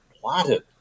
plotted